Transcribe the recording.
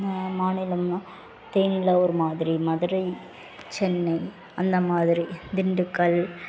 ம மாநிலம்னால் தேனியில் ஒரு மாதிரி மதுரை சென்னை அந்த மாதிரி திண்டுக்கல்